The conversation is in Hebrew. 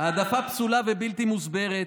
העדפה פסולה ובלתי מוסברת,